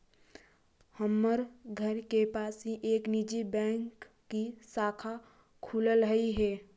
हमर घर के पास ही एक निजी बैंक की शाखा खुललई हे